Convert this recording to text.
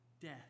death